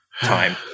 time